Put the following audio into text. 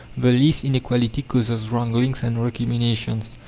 the least inequality causes wranglings and recriminations.